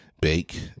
bake